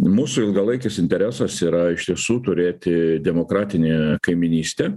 mūsų ilgalaikis interesas yra iš tiesų turėti demokratinę kaimynystę